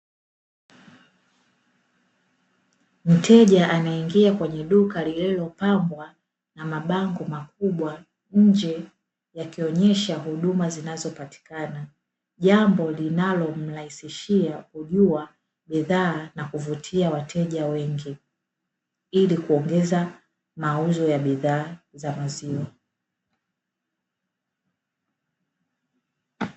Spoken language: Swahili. Mteja anaingia kwenye duka lililopambwa na mabango makubwa nje yakionyesha huduma zinazopatikana. jambo linalomrahisishia kujua bidhaa na kuvutia wateja wengi ili kuongeza mauzo ya bidhaa za maziwa.